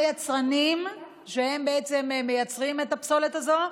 מהיצרנים, שהם בעצם מייצרים את הפסולת הזאת,